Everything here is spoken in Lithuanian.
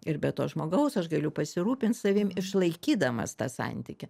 ir be to žmogaus aš galiu pasirūpint savim išlaikydamas tą santykį